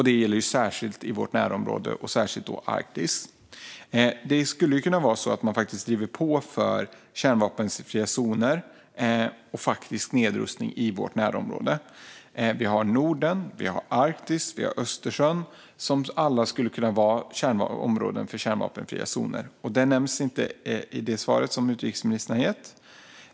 Det gäller särskilt i vårt närområde och särskilt då i Arktis. Det skulle kunna vara så att man faktiskt driver på för kärnvapenfria zoner och nedrustning i vårt närområde. Vi har Norden, Arktis och Östersjön som alla skulle kunna vara områden för kärnvapenfria zoner. Det nämns inte i utrikesministerns svar.